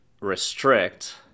restrict